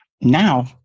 now